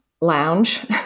lounge